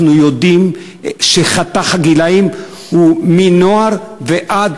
אנחנו יודעים שחתך הגילאים הוא מנוער ועד